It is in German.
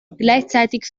gleichzeitig